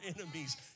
enemies